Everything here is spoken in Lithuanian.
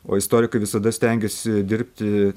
o istorikai visada stengiasi dirbti